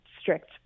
strict